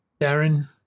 Darren